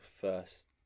first